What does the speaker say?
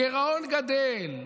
הגירעון גדל,